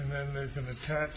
and then there's an attack